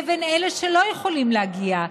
לבין אלה שלא יכולים להגיע,